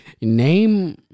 Name